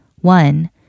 One